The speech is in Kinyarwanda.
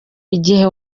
igihe